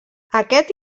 aquest